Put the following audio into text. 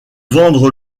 vendre